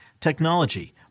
technology